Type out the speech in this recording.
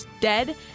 dead